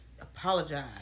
apologize